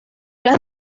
las